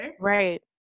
Right